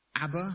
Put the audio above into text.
Abba